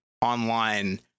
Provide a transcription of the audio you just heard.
online